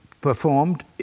performed